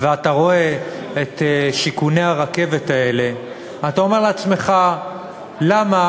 אתה רואה את שיכוני הרכבת האלה ואתה אומר לעצמך: למה